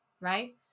right